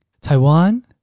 Taiwan